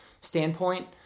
standpoint